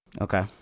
Okay